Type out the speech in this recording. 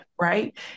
right